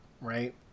right